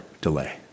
delay